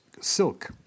silk